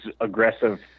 aggressive